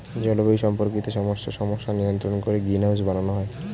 জলবায়ু সম্পর্কিত সমস্ত সমস্যা নিয়ন্ত্রণ করে গ্রিনহাউস বানানো হয়